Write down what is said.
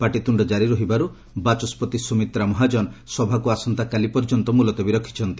ପାଟିତୁଣ୍ଡ କାରି ରହିବାରୁ ବାଚସ୍କତି ସୁମିତ୍ରା ମହାଜନ ସଭାକୁ ଆସନ୍ତାକାଲି ପର୍ଯ୍ୟନ୍ତ ମୁଲତବୀ ରଖିଛନ୍ତି